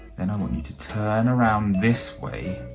then i want you to turn around, this way,